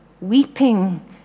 weeping